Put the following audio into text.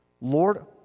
Lord